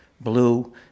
blue